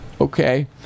okay